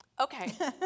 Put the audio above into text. Okay